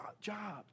job